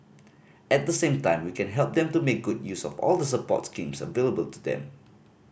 at the same time we can help them to make good use of all the support schemes available to them